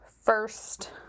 first